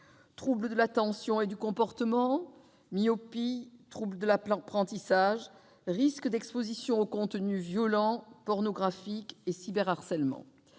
troubles de l'attention et du comportement, myopie, troubles de l'apprentissage, risques d'exposition aux contenus violents ou pornographiques, cyberharcèlement